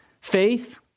Faith